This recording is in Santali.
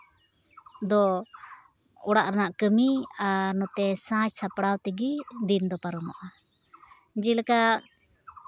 ᱫᱚ ᱚᱲᱟᱜ ᱨᱮᱱᱟᱜ ᱠᱟᱹᱢᱤ ᱟᱨ ᱱᱚᱛᱮ ᱥᱟᱡᱽ ᱥᱟᱯᱲᱟᱣ ᱛᱮᱜᱮ ᱫᱤᱱ ᱫᱚ ᱯᱟᱨᱚᱢᱚᱜᱼᱟ ᱡᱮᱞᱮᱠᱟ